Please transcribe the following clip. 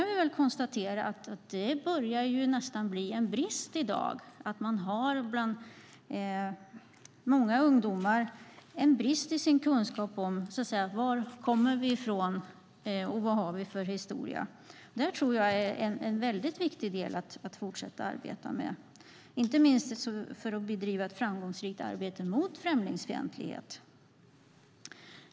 Vi kan konstatera att många ungdomar i dag har en brist i sin kunskap om var vi kommer ifrån och vilken historia vi har. Det tror jag är en mycket viktig del att fortsätta arbeta med, inte minst för att bedriva ett framgångsrikt arbete mot främlingsfientlighet.